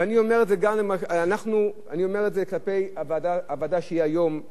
אני אומר את זה כלפי הוועדה שהיא היום על סדר-היום,